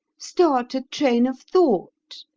start a train of thought.